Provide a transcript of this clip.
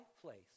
place